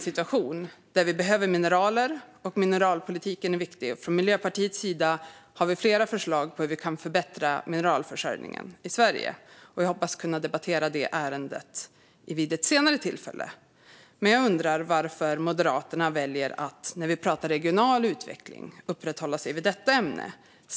Vi behöver givetvis mineraler, och mineralpolitik är viktigt. Miljöpartiet har flera förslag på hur vi kan förbättra mineralförsörjningen i Sverige, och jag hoppas kunna debattera detta vid ett senare tillfälle. Men jag undrar varför Moderaterna väljer att uppehålla sig vid detta ämne när vi pratar regional utveckling.